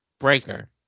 Breaker